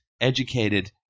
educated